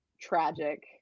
tragic